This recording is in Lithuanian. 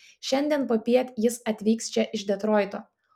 šiandien popiet jis atvyks čia iš detroito